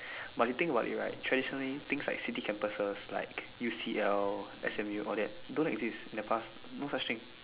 but you think about it right traditionally things like city campuses like U_C_L S_M_U all that don't exist in the past no such thing